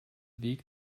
weg